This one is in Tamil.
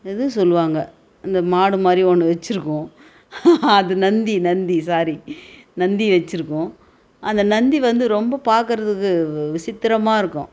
இது சொல்லுவாங்க அந்த மாடு மாதிரி ஒன்று வச்சுருக்கும் அது நந்தி நந்தி சாரி நந்தி வச்சிருக்கும் அந்த நந்தி வந்து ரொம்ப பார்க்குறத்துக்கு விசித்திரமா இருக்கும்